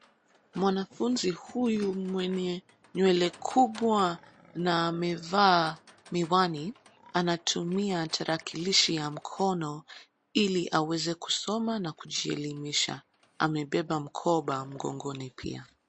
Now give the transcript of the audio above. Mwanafunzi huyu mwenye nywele kubwa na amevaa miwani anatumia tarakilishi ya mkono ili aweze kusoma na kujielimisha. Amebeba mkoba mgongoni pia.